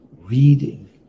reading